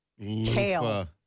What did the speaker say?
Kale